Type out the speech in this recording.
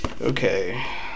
Okay